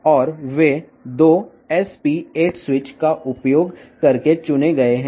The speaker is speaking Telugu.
మరియు వారు 2 SP8T స్విచ్లను ఉపయోగించి ఎంపిక చేయబడతాయి